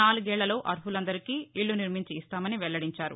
నాలుగేళ్లలో అర్ములందరికీ ఇళ్లు నిర్మించి ఇస్తామని వెల్లదించారు